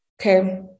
Okay